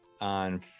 on